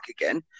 again